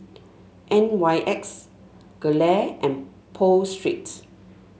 N Y X Gelare and Pho Street